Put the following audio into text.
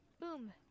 boom